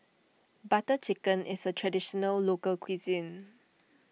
Butter Chicken is a Traditional Local Cuisine